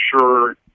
sure